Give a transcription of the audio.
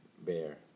Bear